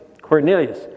Cornelius